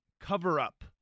cover-up